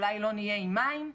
אולי לא נהיה עם מים.